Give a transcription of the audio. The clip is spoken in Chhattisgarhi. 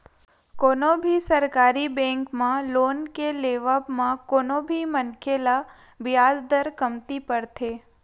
कोनो भी सरकारी बेंक म लोन के लेवब म कोनो भी मनखे ल बियाज दर कमती परथे